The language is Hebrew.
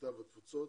הקליטה והתפוצות